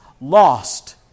lost